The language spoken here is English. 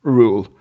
rule